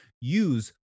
use